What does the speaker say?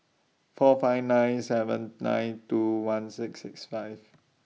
four five nine seven nine two one six six five